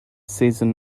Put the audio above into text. season